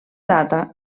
data